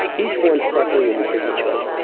each one suffering in a different way.